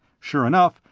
sure enough,